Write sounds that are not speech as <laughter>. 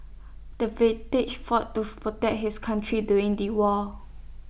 the <unintelligible> fought to <unintelligible> protect his country during the war